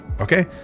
Okay